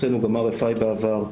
הוצאנו גם RFI בעבר,